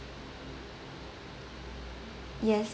yes